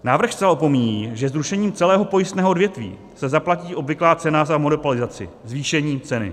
Návrh zcela opomíjí, že zrušením celého pojistného odvětví se zaplatí obvyklá cena za monopolizaci zvýšení ceny.